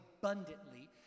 abundantly